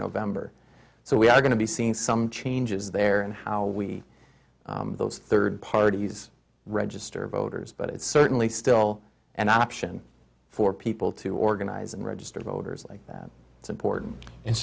november so we are going to be seeing some changes there and how we those third parties register voters but it's certainly still an option for people to organize and register voters like that it's important and